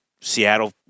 seattle